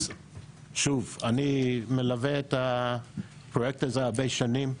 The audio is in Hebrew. אז, שוב, אני מלווה את הפרויקט הזה הרבה שנים,